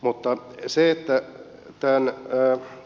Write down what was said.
mutta tämän